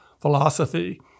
philosophy